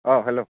অঁ হেল্ল'